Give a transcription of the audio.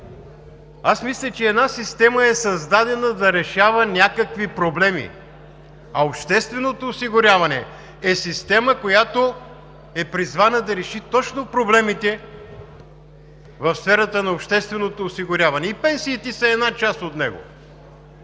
Аз мисля, че една система е създадена да решава някакви проблеми, а общественото осигуряване е система, която е призвана да реши точно проблемите в сферата на общественото осигуряване. И пенсиите са една част от него.